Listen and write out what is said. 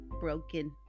Broken